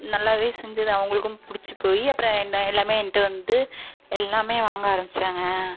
நல்லாவே செஞ்சது அவங்களுக்கும் பிடுச்சி போய் அப்புறம் என்ன எல்லாமே என்கிட்ட வந்து எல்லாமே வாங்க ஆரம்பிச்சாங்க